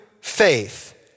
faith